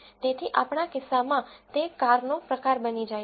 તેથી આપણા કિસ્સામાં તે કારનો પ્રકાર બની જાય છે